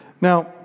Now